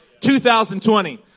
2020